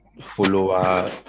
follower